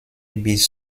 bis